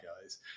guys